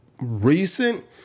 recent